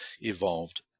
evolved